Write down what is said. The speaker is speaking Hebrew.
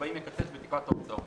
כשבאים לקצץ בתקרת ההוצאות.